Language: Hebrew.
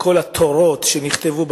לכל התורות שנכתבו,